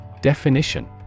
Definition